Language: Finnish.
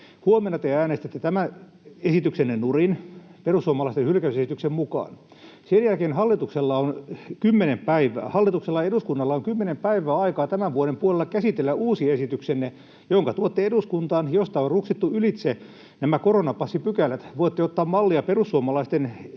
Huomenna te äänestätte tämän esityksenne nurin perussuomalaisten hylkäysesityksen mukaan. Sen jälkeen hallituksella on 10 päivää, hallituksella ja eduskunnalla on 10 päivää aikaa tämän vuoden puolella käsitellä uusi esityksenne, jonka tuotte eduskuntaan, josta on ruksittu ylitse nämä koronapassipykälät. Voitte ottaa mallia perussuomalaisten